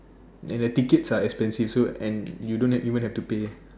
and the tickets are expensive so and you don't even have to pay